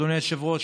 אדוני היושב-ראש,